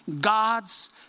God's